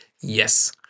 Yes